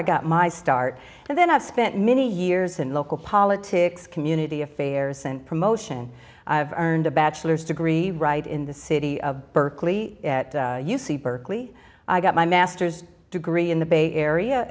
i got my start and then i've spent many years in local politics community affairs and promotion i've earned a bachelor's degree right in the city of berkeley at u c berkeley i got my master's degree in the bay area